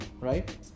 right